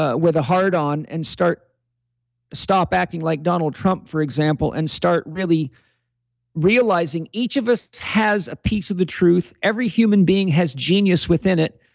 ah with a hard-on and stop acting like donald trump, for example, and start really realizing each of us has a piece of the truth every human being has genius within it.